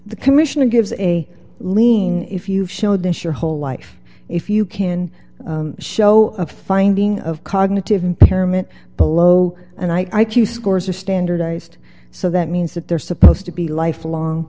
the commission gives a lean if you show this your whole life if you can show a finding of cognitive impairment below and i q scores are standardized so that means that they're supposed to be lifelong